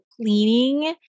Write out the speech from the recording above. cleaning